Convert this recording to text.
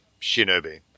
shinobi